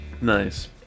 Nice